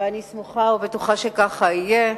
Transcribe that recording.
ואני סמוכה ובטוחה שכך יהיה.